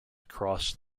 across